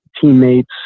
teammates